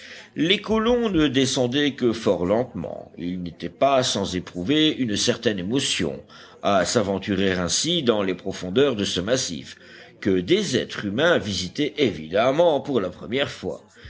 les colons ne descendaient que fort lentement ils n'étaient pas sans éprouver une certaine émotion à s'aventurer ainsi dans les profondeurs de ce massif que des êtres humains visitaient évidemment pour la première fois